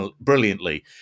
brilliantly